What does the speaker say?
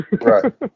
Right